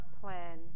plan